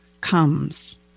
comes